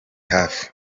hafi